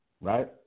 right